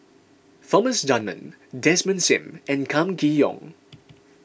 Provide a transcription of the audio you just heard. Thomas Dunman Desmond Sim and Kam Kee Yong